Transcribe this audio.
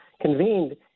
convened